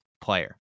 player